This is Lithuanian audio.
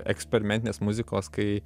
eksperimentinės muzikos kai